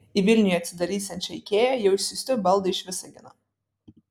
į vilniuje atsidarysiančią ikea jau išsiųsti baldai iš visagino